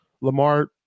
Lamar